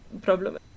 problem